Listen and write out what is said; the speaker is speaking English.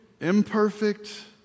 imperfect